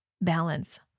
balance